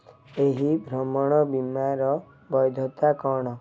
ଏହି ଭ୍ରମଣ ବୀମାର ବୈଧତା କ'ଣ